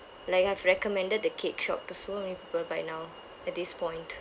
like I've recommended the cake shop to so many people by now at this point